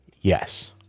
Yes